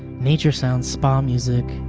nature sounds spa music.